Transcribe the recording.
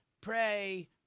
pray